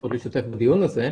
האפשרות להשתתף בדיון הזה.